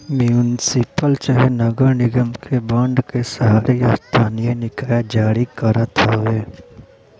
municipal चाहे नगर निगम बांड के शहरी स्थानीय निकाय जारी करत हवे